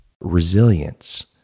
resilience